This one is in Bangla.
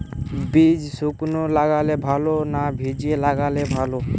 বীজ শুকনো লাগালে ভালো না ভিজিয়ে লাগালে ভালো?